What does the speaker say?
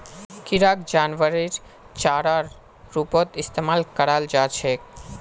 किराक जानवरेर चारार रूपत इस्तमाल कराल जा छेक